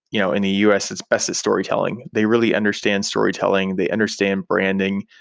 you know in the u s, it's best at storytelling. they really understand storytelling. they understand branding,